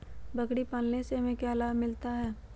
बकरी पालने से हमें क्या लाभ मिलता है?